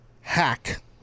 hack